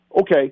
okay